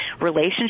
relationship